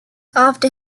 after